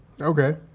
Okay